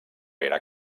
era